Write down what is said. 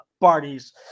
parties